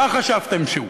מה חשבתם שהוא?